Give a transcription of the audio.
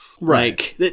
Right